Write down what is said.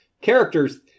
characters